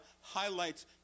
highlights